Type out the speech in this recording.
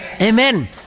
Amen